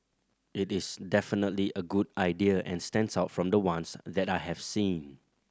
it is definitely a good idea and stands out from the ones that I have seen